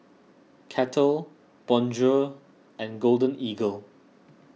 Kettle Bonjour and Golden Eagle